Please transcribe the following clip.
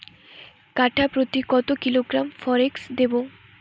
কাঠাপ্রতি কত কিলোগ্রাম ফরেক্স দেবো?